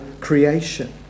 creation